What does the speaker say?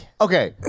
okay